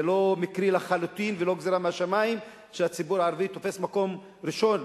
זה לא מקרי לחלוטין ולא גזירה משמים שהציבור הערבי תופס מקום ראשון,